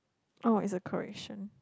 oh it's a correction